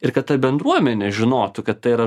ir kad ta bendruomenė žinotų kad tai yra